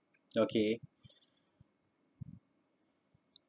okay